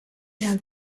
now